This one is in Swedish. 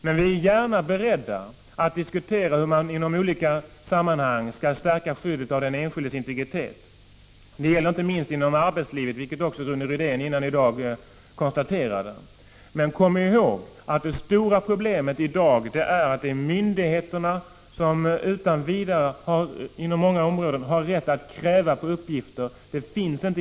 Men vi är helt beredda att diskutera hur man i olika sammanhang skall stärka skyddet av den enskildes integritet. Det gäller inte minst inom arbetslivet, vilket Rune Rydén tidigare har framhållit. Men kom ihåg att det stora problemet i dag är att myndigheterna inom många områden har rätt att utan vidare kräva uppgifter av medborgarna.